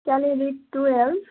salary twelve